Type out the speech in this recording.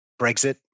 Brexit